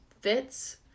fits